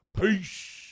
Peace